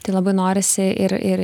tai labai norisi ir ir